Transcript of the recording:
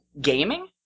gaming